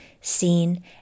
seen